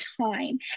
time